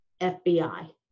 FBI